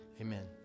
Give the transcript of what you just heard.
Amen